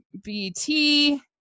bt